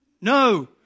No